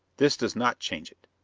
this does not change it.